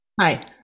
Hi